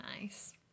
nice